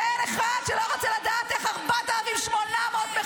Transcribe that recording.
אין אחד שלא רוצה לדעת איך 4,800 מחבלים